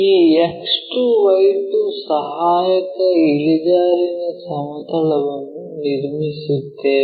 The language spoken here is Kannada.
ಈ X2 Y2 ಸಹಾಯಕ ಇಳಿಜಾರಿನ ಸಮತಲವನ್ನು ನಿರ್ಮಿಸುತ್ತೇವೆ